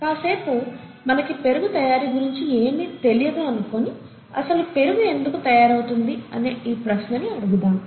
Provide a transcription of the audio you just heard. కాసేపు మనకి పెరుగు తయారీ గురించి ఏమి తెలియదు అనుకుని అసలు పెరుగు ఎందుకు తయారవుతుంది అనే ఈ ప్రశ్నను అడుగుదాం